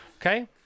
Okay